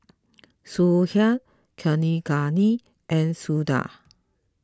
Sudhir Kaneganti and Sundar